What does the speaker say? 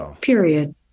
Period